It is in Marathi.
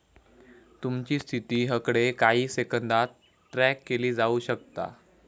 तुमची स्थिती हकडे काही सेकंदात ट्रॅक केली जाऊ शकता